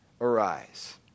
arise